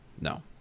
No